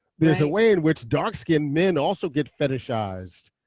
there's a way in which dark skinned men also get fetishized.